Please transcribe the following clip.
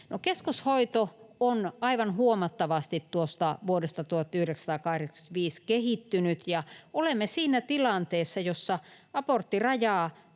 keskoshoito on aivan huomattavasti tuosta vuodesta 1985 kehittynyt, ja olemme siinä tilanteessa, jossa aborttirajaa